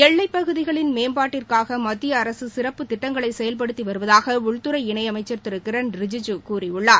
எல்லைப்பகுதிகளின் மேம்பாட்டிற்காக மத்தியஅரசு சிறப்பு திட்டங்களை செயல்படுத்தி வருவதாக உள்துறை இணையமைச்சர் திரு கிரண் ரிஜூஜூ கூறியுள்ளார்